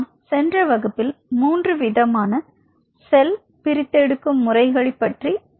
நாம் சென்ற வகுப்பில் மூன்று விதமான செல் பிரித்தெடுக்க எடுக்கும் முறை பற்றி பார்த்தோம்